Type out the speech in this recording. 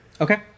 Okay